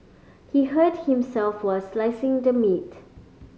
he hurt himself while slicing the meat